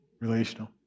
relational